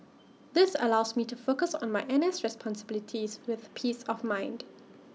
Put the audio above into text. this allows me to focus on my N S responsibilities with peace of mind